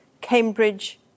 Cambridge